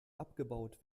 abgebaut